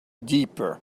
deeper